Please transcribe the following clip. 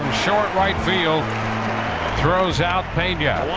short right field throws out pena.